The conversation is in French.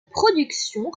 production